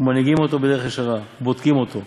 ומנהיגין אותו בדרך ישרה, ובודקין אותו,